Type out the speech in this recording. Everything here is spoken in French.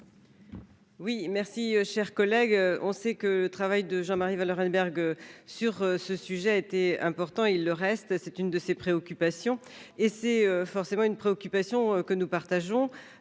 Oui merci, cher collègue, on sait que le travail de Jean Marie va leur Edberg sur ce sujet a été important, il le reste, c'est une de ses préoccupations et c'est forcément une préoccupation que nous par.